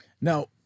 Now